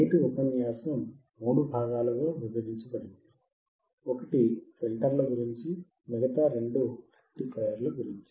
నేటి ఉపన్యాసం 3 భాగాలుగా విభజించబడింది ఒకటి ఫిల్టర్ల గురించి మిగతా రెండు రెక్టిఫయర్ల గురించి